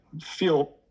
feel